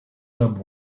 club